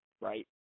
Right